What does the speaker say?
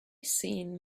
seen